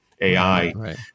AI